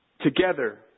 Together